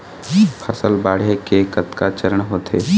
फसल बाढ़े के कतका चरण होथे?